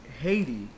Haiti